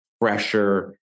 pressure